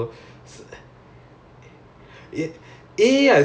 orh so like they are like so good then you get demoralised or something